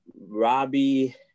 Robbie